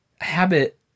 habit